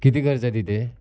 किती खर्च आहे तिथे